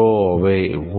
உள்ளது